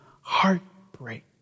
heartbreak